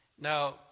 Now